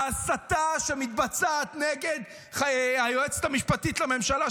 ההסתה שמתבצעת נגד היועצת המשפטית לממשלה,